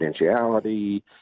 confidentiality